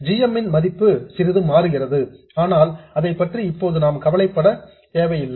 எனவே g m ன் மதிப்பு சிறிது மாறுகிறது ஆனால் அதைப்பற்றி இப்போது நாம் கவலைப்படுவதில்லை